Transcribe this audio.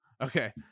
Okay